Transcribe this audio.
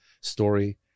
story